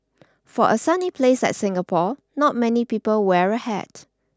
for a sunny place like Singapore not many people wear a hat